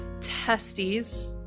testes